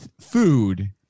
food